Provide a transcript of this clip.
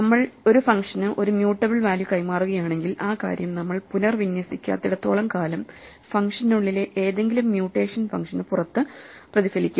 നമ്മൾ ഒരു ഫംഗ്ഷന് ഒരു മ്യൂട്ടബിൾ വാല്യൂ കൈമാറുകയാണെങ്കിൽ ആ കാര്യം നമ്മൾ പുനർവിന്യസിക്കാത്തിടത്തോളം കാലം ഫംഗ്ഷനുള്ളിലെ ഏതെങ്കിലും മ്യൂട്ടേഷൻ ഫംഗ്ഷന് പുറത്ത് പ്രതിഫലിക്കും